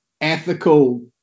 ethical